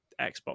Xbox